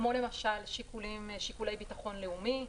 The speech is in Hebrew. כמו למשל: שיקולי ביטחון לאומי,